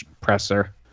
presser